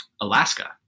Alaska